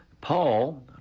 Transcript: Paul